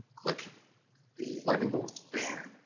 click the lightning bolt, bam.